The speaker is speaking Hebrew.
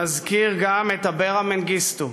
נזכיר גם את אברה מנגיסטו,